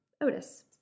Otis